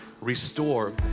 restore